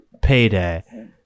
Payday